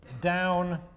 down